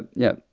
but yeah.